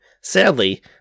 Sadly